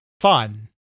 fun